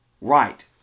Right